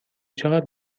چقدر